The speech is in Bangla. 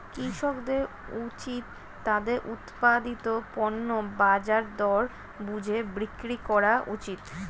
কৃষকদের উচিত তাদের উৎপাদিত পণ্য বাজার দর বুঝে বিক্রি করা উচিত